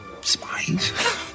spies